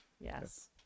yes